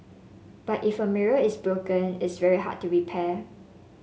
but if a mirror is broken it's very hard to repair